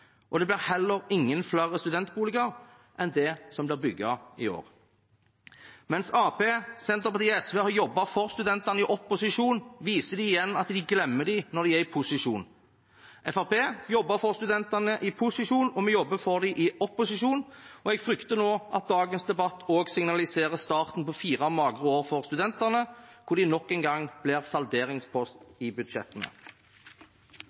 og det blir heller ingen flere studentboliger enn det som blir bygget i år. Mens Arbeiderpartiet, Senterpartiet og SV har jobbet for studentene i opposisjon, viser de igjen at de glemmer dem når de er i posisjon. Fremskrittspartiet jobbet for studentene i posisjon, og vi jobber for dem i opposisjon. Jeg frykter nå at dagens debatt også signaliserer starten på fire magre år for studentene, der de nok en gang blir